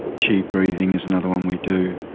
qi breathing is another one we do.